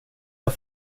jag